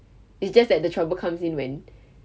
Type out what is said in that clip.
it's just that the trouble comes in when